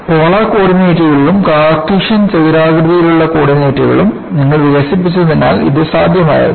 polar കോർഡിനേറ്റുകളും Cartesian ചതുരാകൃതിയിലുള്ള കോർഡിനേറ്റുകളും നിങ്ങൾ വികസിപ്പിച്ചതിനാൽ ഇത് സാധ്യമായിരുന്നു